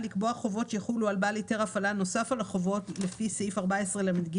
לקבוע חובות שיחולו על בעל ההיתר נוסף על החובות לפי סעיף 14לג,